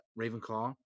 Ravenclaw